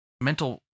mental